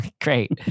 Great